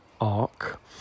arc